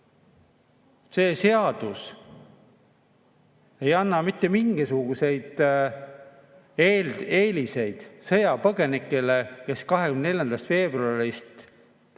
See seadus ei anna mitte mingisuguseid eeliseid sõjapõgenikele, kes 24. veebruarist tänaseni